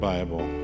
Bible